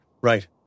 Right